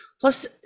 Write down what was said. Plus